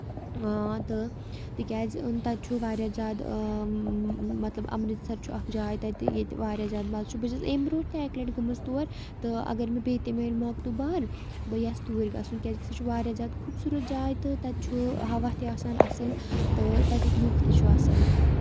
تہٕ تِکیازِ تَتہِ چھُ واریاہ زیادٕ مطلب اَمرِتسر چھُ اکھ جاے تَتہِ ییٚتہِ واریاہ زیادٕ مَزٕ چھُ بہٕ چھَس اَمہِ برونٹھ تہِ اَکہِ لَٹہِ گٔمٕژ تور تہٕ اَگر مےٚ بیٚیہِ تہِ مِلہِ موقہٕ دُبارٕ بہٕ یژھٕ توٗرۍ گژھُن کیازِ کہِ سُہ چھُ واریاہ زیادٕ خوٗبصوٗرت جاے تہٕ تَتہِ چھُ ہوا تہِ آسان اَصٕل تہٕ تَتِکۍ لوٚک تہِ چھِ اَصٕل